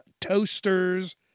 toasters